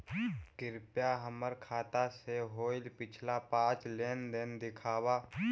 कृपा हमर खाता से होईल पिछला पाँच लेनदेन दिखाव